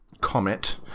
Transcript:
comet